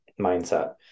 mindset